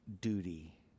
duty